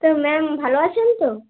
তো ম্যাম ভালো আছেন তো